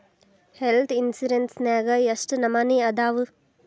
Health insurance ನ್ಯಾಗ್ ಯೆಷ್ಟ್ ನಮನಿ ಅದಾವು?